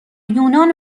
یونان